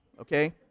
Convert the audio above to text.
okay